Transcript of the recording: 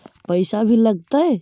पैसा भी लगतय?